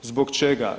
Zbog čega?